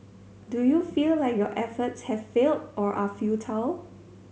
do you feel like your efforts have failed or are futile